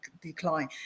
decline